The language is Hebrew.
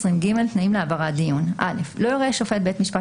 תנאים להעברת 220ג. (א) לא יורה שופט בית משפט